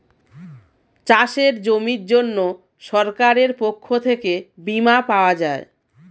চাষের জমির জন্য সরকারের পক্ষ থেকে বীমা পাওয়া যায়